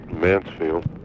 Mansfield